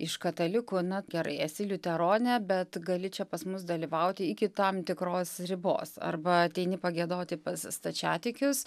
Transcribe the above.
iš katalikų na gerai esi liuteronė bet gali čia pas mus dalyvauti iki tam tikros ribos arba ateini pagiedoti pas stačiatikius